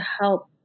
help